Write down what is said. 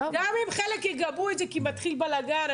גם אם חלק יגבו את זה כי מתחיל בלגאן,